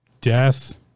death